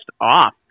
off